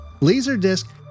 Laserdisc